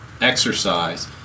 exercise